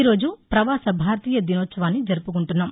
ఈ రోజు పవాస భారతీయ దినోత్సవాన్ని జరుపుకుంటున్నాం